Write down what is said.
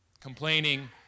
complaining